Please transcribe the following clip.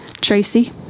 Tracy